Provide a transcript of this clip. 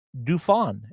Dufon